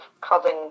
causing